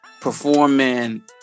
performing